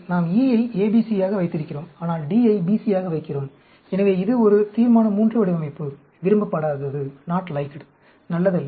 நாம் E ஐ ABC ஆக வைத்திருக்கிறோம் ஆனால் D ஐ BC ஆக வைக்கிறோம் எனவே இது ஒரு தீர்மான III வடிவமைப்பு விரும்பப்படாதது நல்லதல்ல